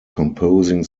composing